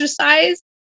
exercise